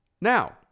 now